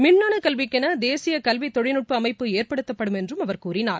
மின்னனுகல்விக்கெனதேசியகல்விதொழில்நுட்பஅமைப்பு ஏற்படுத்தப்படும் என்றும் அவர் கூறினார்